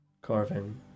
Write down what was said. carving